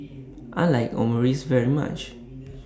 I like Omurice very much